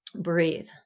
breathe